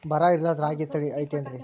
ಬರ ಇರಲಾರದ್ ರಾಗಿ ತಳಿ ಐತೇನ್ರಿ?